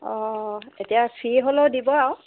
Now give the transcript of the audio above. অঁ এতিয়া ফি হ'লেও দিব আৰু